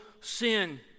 sin